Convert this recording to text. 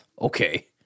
Okay